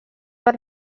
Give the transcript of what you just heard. per